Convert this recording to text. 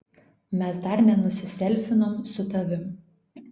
mes dar nenusiselfinom su tavim